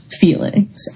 feelings